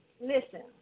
listen